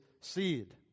seed